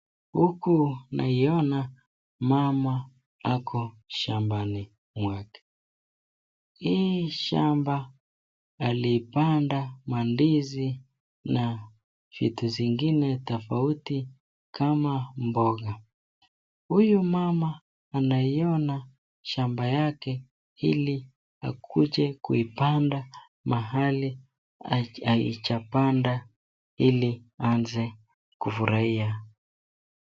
Huku naona mama ako shambani mwake, hii shamba alipanda mandizi na vitu zingine tafauti kama mboga, huyu mama anaiyona shamba yake hili akuje kuipanda mahali haijapanda hili aanze kufurahia.